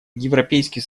европейский